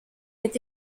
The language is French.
est